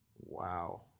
Wow